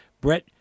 Brett